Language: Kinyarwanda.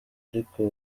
ariko